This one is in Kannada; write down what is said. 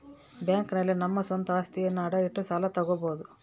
ಬ್ಯಾಂಕ್ ನಲ್ಲಿ ನಮ್ಮ ಸ್ವಂತ ಅಸ್ತಿಯನ್ನ ಅಡ ಇಟ್ಟು ಸಾಲ ತಗೋಬೋದು